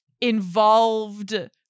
involved